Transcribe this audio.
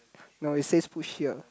no it says push here